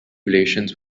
relations